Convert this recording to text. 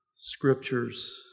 scriptures